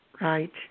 Right